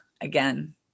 again